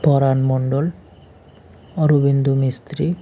Paran Mondal Arabindu Mistry